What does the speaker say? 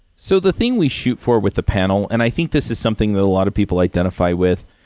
so the thing we shoot for with the panel, and i think this is something that a lot of people identify with.